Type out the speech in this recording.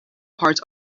parts